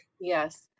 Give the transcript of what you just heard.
Yes